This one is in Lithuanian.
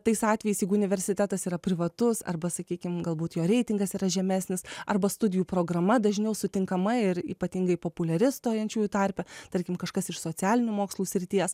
tais atvejais jeigu universitetas yra privatus arba sakykim galbūt jo reitingas yra žemesnis arba studijų programa dažniau sutinkama ir ypatingai populiari stojančiųjų tarpe tarkim kažkas iš socialinių mokslų srities